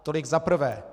Tolik za prvé.